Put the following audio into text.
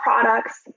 products